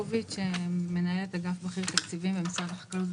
התקציב של מקבצי דיור לקשישים העולים הוא כ-400,